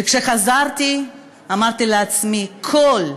וכשחזרתי אמרתי לעצמי: כל,